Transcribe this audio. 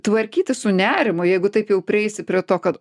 tvarkytis su nerimu jeigu taip jau prieisi prie to kad